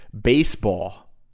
baseball